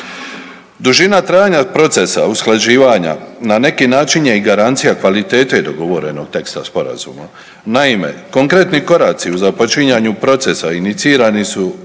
Dužina trajanja procesa usklađivanja na neki način je i garancija kvalitete dogovorenog teksta Sporazuma. Naime, konkretni koraci u započinjanju procesa inicirani su još